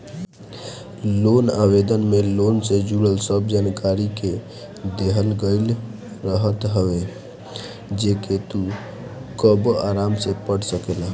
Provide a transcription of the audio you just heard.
loan आवेदन में loan से जुड़ल सब जानकरी के देहल गईल रहत हवे जेके तू कबो आराम से पढ़ सकेला